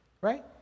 right